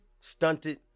Stunted